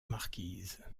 marquise